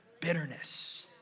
bitterness